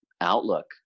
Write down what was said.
outlook